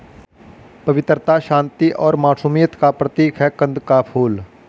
पवित्रता, शांति और मासूमियत का प्रतीक है कंद का फूल